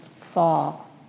fall